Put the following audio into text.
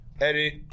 edit